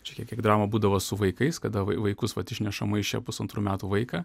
čia tiek kiek drama būdavo su vaikais kada vaikus vat išneša maiše pusantrų metų vaiką